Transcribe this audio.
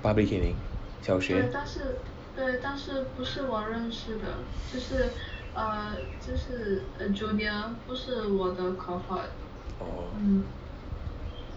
public caning 小学 orh